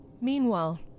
Meanwhile